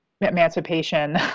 emancipation